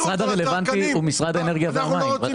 המשרד הרלוונטי הוא משרד האנרגיה והמים.